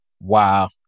Wow